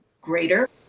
greater